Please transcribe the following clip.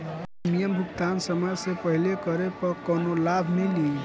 Premium भुगतान समय से पहिले करे पर कौनो लाभ मिली?